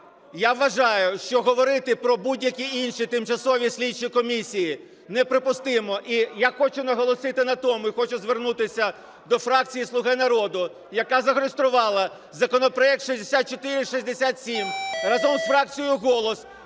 Я вважаю, що говорити про будь-які інші тимчасові слідчі комісії неприпустимо. І я хочу наголосити на тому, і хочу звернутися до фракції "Слуга народу", яка зареєструвала законопроект 6467 разом з фракцією "Голос",